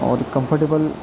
اور کمفرٹیبل